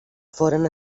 foren